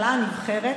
שמעת את החבר שלך?